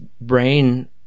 Brain